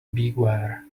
beware